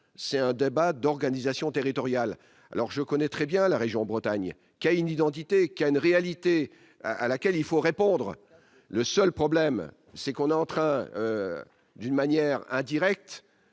c'est un débat d'organisation territoriale alors je connais très bien la région Bretagne Cain identité qui a une réalité à laquelle il faut répondre, le seul problème c'est qu'on est en train d'une manière indirecte